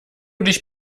dich